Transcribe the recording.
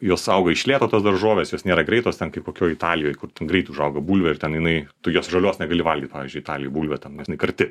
jos auga iš lėto tos daržovės jos nėra greitos ten kaip kokioj italijoj kur ten greit užauga bulvė ir ten jinai tu jos žalios negali valgyt pavyzdžiui italijoj bulvę ten nes jinai karti